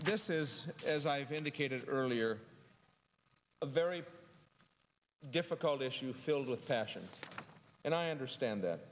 this is as i've indicated earlier a very difficult issue filled with fashion and i understand that